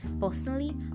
Personally